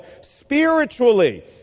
spiritually